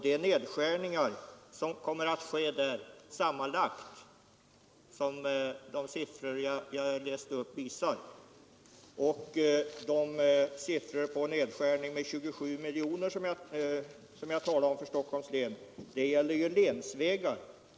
De siffror som jag läste upp visar att det kommer att ske en nedskärning med 27 miljoner kronor för Stockholms län när det gäller länsvägar.